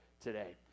today